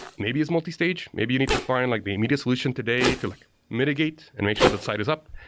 maybe it's multi-stage. maybe you need to find like the immediate solution today to like mitigate and make sure that side is up.